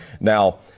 now